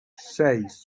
seis